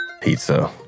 Pizza